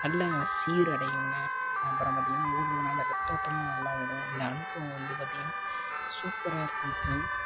நல்ல சீரடையுங்க அப்புறம் பார்த்திங்கனா ஒடுறதுனால இரத்த ஓட்டம்லாம் நல்லா ஓடும் இந்த அனுபவம் வந்து பார்த்திங்கனா சூப்பராக இருந்துச்சி